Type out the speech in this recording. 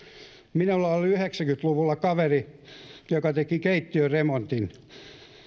minulla oli yhdeksänkymmentä luvulla kaveri joka teki keittiöremontin